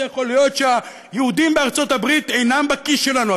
איך זה יכול להיות שהיהודים בארצות הברית אינם בכיס שלנו.